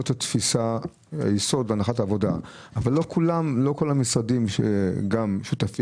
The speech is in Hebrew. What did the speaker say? זאת הנחת העבודה אבל לא כל המשרדים שותפים.